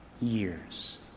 years